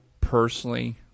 personally